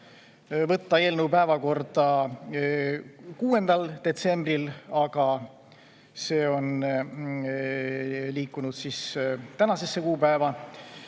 võtta eelnõu päevakorda 6. detsembril, aga see on liikunud tänasele kuupäevale;